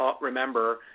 remember